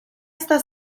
esta